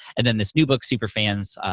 and then this new book, superfans,